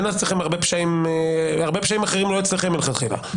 הרבה פשעים אחרים לא נמצאים אצלכם מלכתחילה.